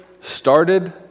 started